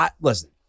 listen